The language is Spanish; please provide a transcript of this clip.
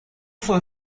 uso